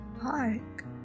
park